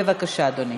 בבקשה, אדוני.